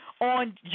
on